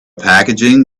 packaging